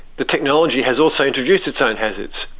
the technology has also introduced its own hazards.